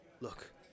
Look